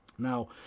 Now